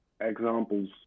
examples